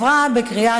נתקבל.